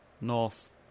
north